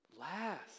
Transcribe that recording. last